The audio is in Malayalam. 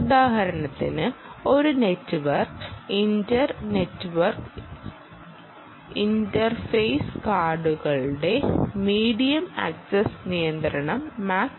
ഉദാഹരണത്തിന് ഒരു നെറ്റ്വർക്ക് ഇന്റർ നെറ്റ്വർക്ക് ഇന്റർഫേസ് കാർഡുകളുടെ മീഡിയം ആക്സസ്സ് നിയന്ത്രണം MAC ഐഡി ആണ്